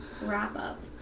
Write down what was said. wrap-up